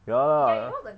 ya lah